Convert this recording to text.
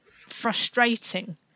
frustrating